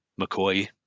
McCoy –